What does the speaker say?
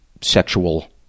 sexual